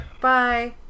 Bye